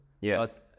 yes